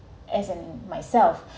as an myself